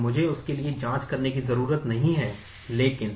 तो मुझे उसके लिए जाँच करने की ज़रूरत नहीं है लेकिन